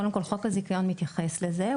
קודם כל חוק הזיכיון מתייחס לזה.